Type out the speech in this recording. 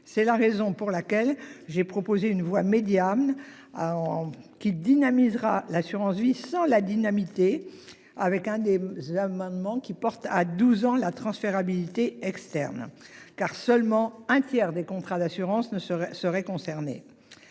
c'est la raison pour laquelle j'ai proposé une voie médiane. Ahan qui dynamisera l'assurance vie sans la dynamiter avec un des amendements qui porte à 12 ans la transférabilité externes car seulement un tiers des contrats d'assurance ne serait seraient concernés.